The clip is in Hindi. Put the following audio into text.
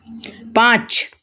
पाँच